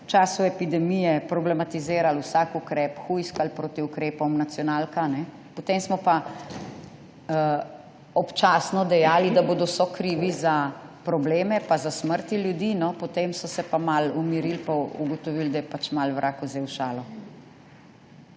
v času epidemije problematizirali vsak ukrep, hujskali proti ukrepom, nacionalka, potem smo pa občasno dejali, da bodo sokrivi za probleme pa za smrti ljudi, no, potem so se pa malo umirili pa ugotovili, da je malo vrag vzel šalo.